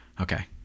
Okay